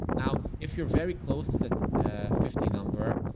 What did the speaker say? now, if you're very close to that fifty number,